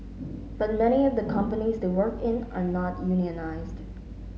but many of the companies they work in are not unionised